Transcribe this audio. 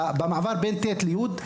במעבר בין ט׳ ל-י׳,